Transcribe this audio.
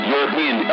European